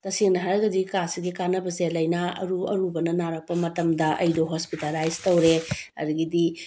ꯇꯁꯦꯡꯅ ꯍꯥꯏꯔꯒꯗꯤ ꯀꯥꯠꯁꯤꯒꯤ ꯀꯥꯟꯅꯕꯁꯦ ꯂꯩꯅꯥ ꯑꯔꯨ ꯑꯔꯨꯕꯅ ꯅꯥꯔꯛꯄ ꯃꯇꯝꯗ ꯑꯩꯗꯣ ꯍꯣꯁꯄꯤꯇꯥꯜꯂꯥꯏꯁ ꯇꯧꯔꯦ ꯑꯗꯨꯗꯒꯤꯗꯤ